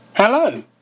Hello